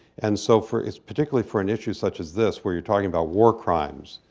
and so for it's particularly for an issue such as this, where you're talking about war crimes,